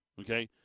okay